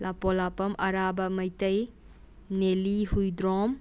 ꯂꯥꯡꯄꯣꯛꯂꯥꯛꯄꯝ ꯑꯔꯥꯕ ꯃꯩꯇꯩ ꯅꯦꯂꯤ ꯍꯨꯏꯗ꯭ꯔꯣꯝ